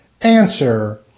Answer